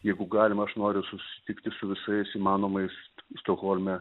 jeigu galima aš noriu susitikti su visais įmanomais stokholme